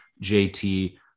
JT